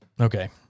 okay